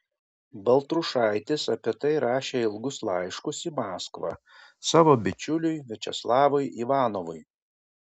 baltrušaitis apie tai rašė ilgus laiškus į maskvą savo bičiuliui viačeslavui ivanovui